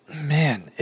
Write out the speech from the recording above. Man